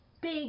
big